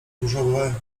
różowe